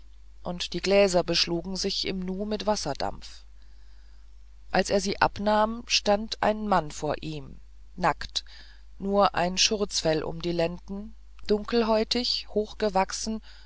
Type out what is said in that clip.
und die gläser beschlugen sich im nu mit wasserdampf als er sie abnahm stand ein mann vor ihm nackt nur ein schurzfell um die lenden dunkelhäutig hochgewachsen